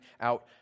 out